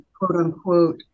quote-unquote